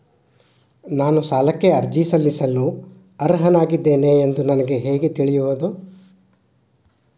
ನಾನು ಸಾಲಕ್ಕೆ ಅರ್ಜಿ ಸಲ್ಲಿಸಲು ಅರ್ಹನಾಗಿದ್ದೇನೆ ಎಂದು ನನಗೆ ಹೇಗೆ ತಿಳಿಯುವುದು?